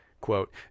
quote